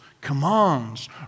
commands